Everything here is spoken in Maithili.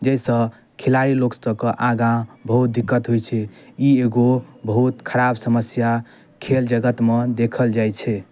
जाहिसऽ खिलाड़ी लोक सबके आगाँ बहुत दिक्कत होइ छै ई एगो बहुत खराब समस्या खेल जगतमे देखल जाय छै